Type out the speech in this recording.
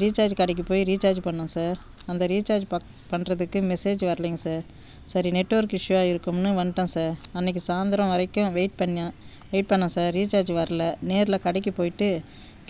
ரீசார்ஜி கடைக்கு போய் ரீசார்ஜி பண்ணோம் சார் அந்த ரீசார்ஜ் பக் பண்ணுறதுக்கு மெசேஜ் வரலைங்க சார் சரி நெட்ஒர்க் இஷுவாக இருக்கும்னு வந்துட்டேன் சார் அன்னைக்கு சாய்ந்தரோம் வரைக்கும் வெய்ட் நான் பண்ணேன் வெயிட் பண்ணேன் சார் ரீசார்ஜி வரல நேரில் கடைக்கு போயிவிட்டு